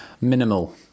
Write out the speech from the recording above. minimal